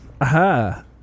Aha